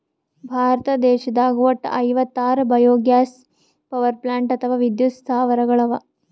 ಭಾರತ ದೇಶದಾಗ್ ವಟ್ಟ್ ಐವತ್ತಾರ್ ಬಯೊಗ್ಯಾಸ್ ಪವರ್ಪ್ಲಾಂಟ್ ಅಥವಾ ವಿದ್ಯುತ್ ಸ್ಥಾವರಗಳ್ ಅವಾ